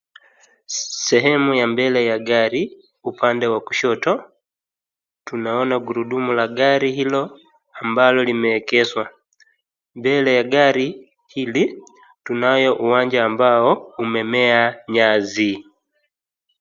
Sehemu ya mbele ya gari upande wa kushoto tunaona gurudumu la gari hilo ambalo limeegeshwa. Mbele ya gari hili tunayo uwanja ambao umemea nyasi.